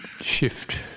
shift